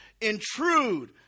intrude